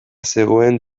zegoen